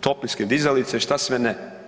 toplinske dizalice, što sve ne.